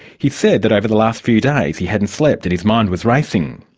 he said that over the last few days he hadn't slept and his mind was racing.